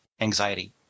anxiety